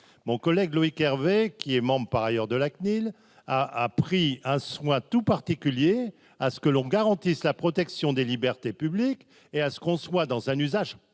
mon collègue Loïc Hervé qui est membre par ailleurs de la CNIL a a pris un soin tout particulier à ce que l'on garantisse la protection des libertés publiques et à ce qu'on soit dans un usage